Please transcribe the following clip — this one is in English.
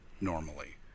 normally